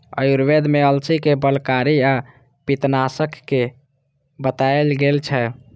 आयुर्वेद मे अलसी कें बलकारी आ पित्तनाशक बताएल गेल छै